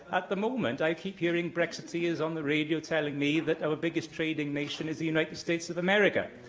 at the moment, i keep hearing brexiteers on the radio telling me that our biggest trading nation is the united states of america.